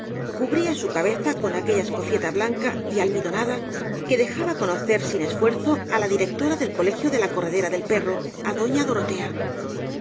cubría su cabeza con aquella escofieta blanca y almidonada que dejaba reconocer sin esfuerzo á la directora del colegio de la corredera del perro á doña dorotea